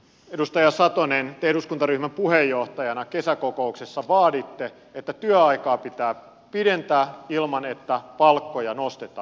edustaja satonen te eduskuntaryhmän puheenjohtajana kesäkokouksessa vaaditte että työaikaa pitää pidentää ilman että palkkoja nostetaan